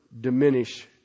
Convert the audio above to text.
diminish